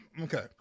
Okay